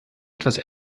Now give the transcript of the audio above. etwas